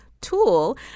tool